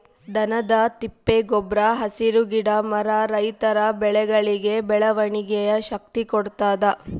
ದನದ ತಿಪ್ಪೆ ಗೊಬ್ರ ಹಸಿರು ಗಿಡ ಮರ ರೈತರ ಬೆಳೆಗಳಿಗೆ ಬೆಳವಣಿಗೆಯ ಶಕ್ತಿ ಕೊಡ್ತಾದ